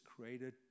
created